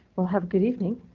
we'll have good evening.